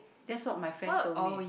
that's what my friend told me